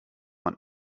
man